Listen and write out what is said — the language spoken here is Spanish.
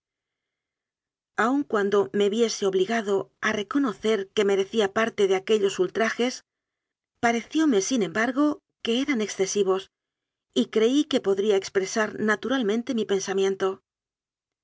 aun cuando me viese obligado a reconocer que merecía parte de aquellos ultrajes parecióme sin embargo que eran excesivos y creí que podría ex presar naturalmente mi pensamiento